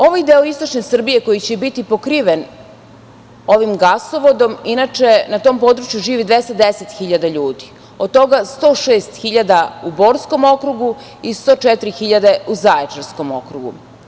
Ovaj deo istočne Srbije koji će biti pokriven ovim gasovodom, inače na tom području živi 210 hiljada ljudi, od toga 106 hiljada u borskom okrugu i 104 hiljade u Zaječarskom okrugu.